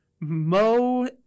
Mo